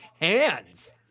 hands